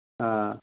آ